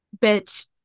Bitch